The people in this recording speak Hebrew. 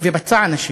ופצע אנשים,